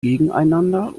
gegeneinander